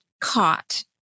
caught